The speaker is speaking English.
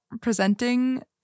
presenting